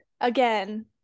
again